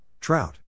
trout